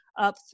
up